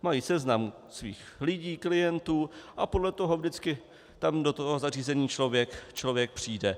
Mají seznam svých lidí, klientů a podle toho vždycky tam do toho zařízení člověk přijde.